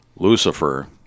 Lucifer